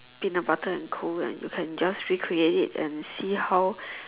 peanut butter and coal right you can just recreate it and see how